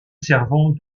servant